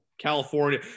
California